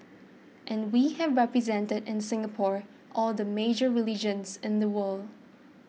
and we have represented in Singapore all the major religions in the world